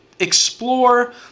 explore